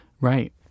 Right